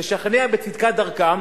ולשכנע בצדקת דרכם,